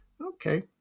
Okay